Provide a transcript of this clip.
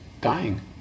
dying